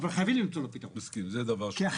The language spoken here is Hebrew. וחייבים למצוא לו פתרון כי אחרת,